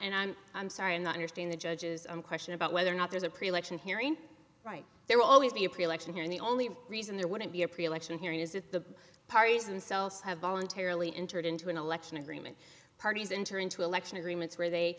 and i'm sorry and understand the judges on a question about whether or not there's a pre election hearing right there will always be a pre election hearing the only reason there wouldn't be a pre election hearing is that the parties themselves have voluntarily entered into an election agreement parties enter into election agreements where they